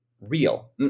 real